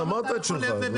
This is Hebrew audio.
אמרת את שלך.